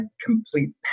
complete